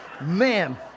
Man